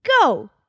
go